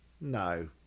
No